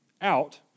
out